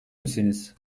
misiniz